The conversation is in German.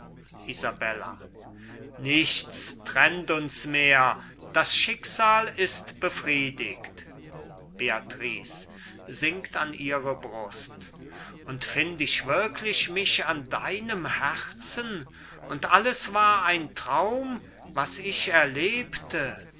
nichts trennt uns mehr das schicksal ist befriedigt beatrice sinkt an ihre brust und find ich wirklich mich an deinem herzen und alles war ein traum was ich erlebt